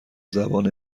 زبان